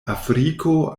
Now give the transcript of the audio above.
afriko